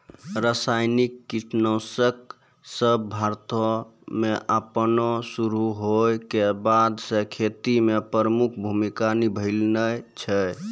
रसायनिक कीटनाशक सभ भारतो मे अपनो शुरू होय के बादे से खेती मे प्रमुख भूमिका निभैने छै